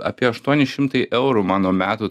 apie aštuoni šimtai eurų mano metų